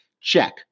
Check